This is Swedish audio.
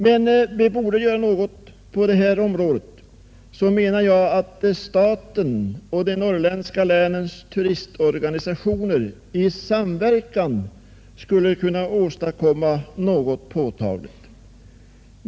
Men då vi bör göra någonting på detta område, menar jag att staten och de norrländska länens turistorganisationer i samverkan bör kunna göra något påtagligt.